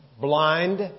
blind